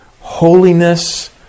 holiness